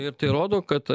ir tai rodo kad